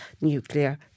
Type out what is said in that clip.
nuclear